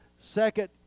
second